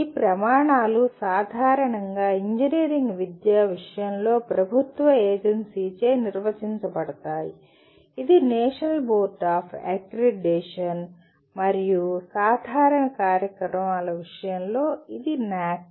ఈ ప్రమాణాలు సాధారణంగా ఇంజనీరింగ్ విద్య విషయంలో ప్రభుత్వ ఏజెన్సీచే నిర్వచించబడతాయి ఇది నేషనల్ బోర్డ్ ఆఫ్ అక్రిడిటేషన్ మరియు సాధారణ కార్యక్రమాల విషయంలో ఇది NAAC